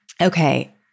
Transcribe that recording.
Okay